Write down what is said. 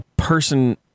person